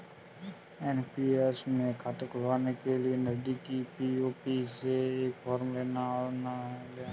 NPS में खाता खुलवाने के लिए नजदीकी पी.ओ.पी से एक फॉर्म ले आना